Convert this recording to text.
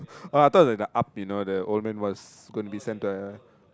oh I thought there was a up you know the old man was gonna be send to a